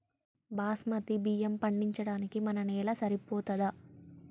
బాస్మతి బియ్యం పండించడానికి మన నేల సరిపోతదా?